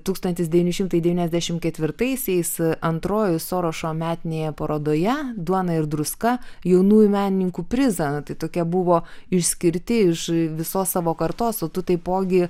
tūkstantis devyni šimtai devyniasdešimt ketvirtaisiais antrojoje sorošo metinėje parodoje duona ir druska jaunųjų menininkų prizą tai tokia buvo išskirti iš visos savo kartos o tu taipogi